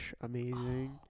amazing